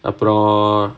அப்புறம்:appuram